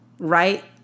Right